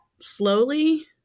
slowly